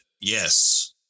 Yes